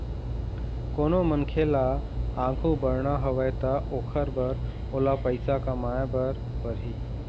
कोनो मनखे ल आघु बढ़ना हवय त ओखर बर ओला पइसा कमाए बर परही